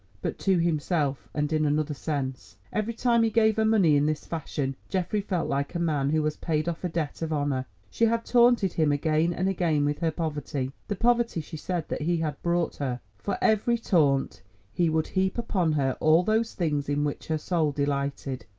but to himself, and in another sense. every time he gave her money in this fashion, geoffrey felt like a man who has paid off a debt of honour. she had taunted him again and again with her poverty the poverty she said that he had brought her for every taunt he would heap upon her all those things in which her soul delighted.